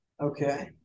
Okay